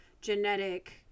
genetic